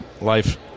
life